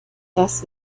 das